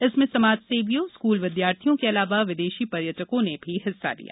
इसमें समाजसेवियों स्कूल विद्यार्थियों के अलावा विदेशी पर्यटकों ने भी हिस्सा लिया